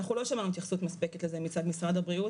אנחנו לא שמענו התייחסות מספקת לזה מצד משרד הבריאות,